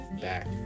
back